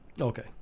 Okay